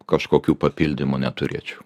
kažkokių papildymų neturėčiau